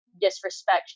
disrespect